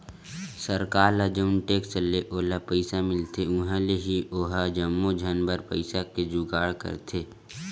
सरकार ल जउन टेक्स ले ओला पइसा मिलथे उहाँ ले ही ओहा जम्मो झन बर पइसा के जुगाड़ करथे